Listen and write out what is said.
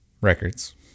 Records